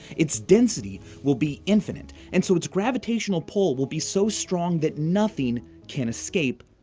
its density will be infinite and so its gravitational pull will be so strong that nothing can escape,